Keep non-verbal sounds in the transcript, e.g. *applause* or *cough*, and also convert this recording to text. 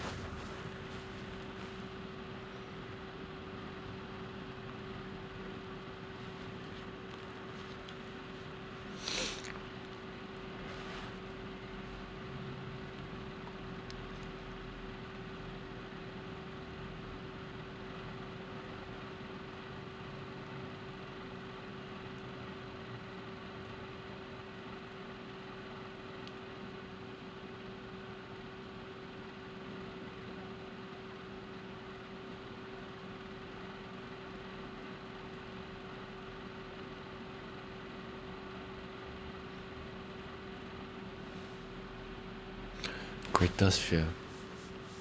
*breath* greatest fear